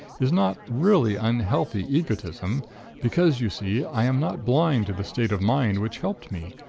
is not really unhealthy egotism because, you see, i am not blind to the state of mind which helped me.